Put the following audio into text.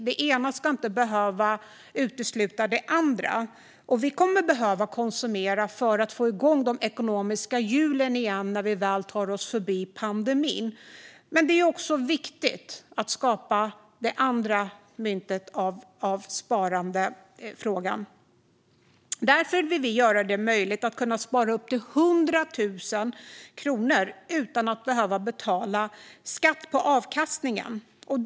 Det ena ska inte behöva utesluta det andra. Vi kommer att behöva konsumera för att få igång de ekonomiska hjulen igen när vi väl tar oss förbi pandemin. Men det är också viktigt att skapa det andra myntet i sparandefrågan. Därför vill vi göra det möjligt att spara upp till 100 000 kronor utan att behöva betala skatt på avkastningen.